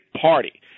party